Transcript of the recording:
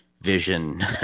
vision